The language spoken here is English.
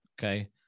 Okay